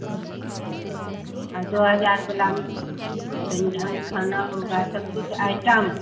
और दो हज़ार वाला हम तनी ढंग खाना होगा सब कुछ आइटम